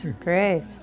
great